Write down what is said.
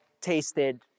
tasted